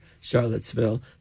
Charlottesville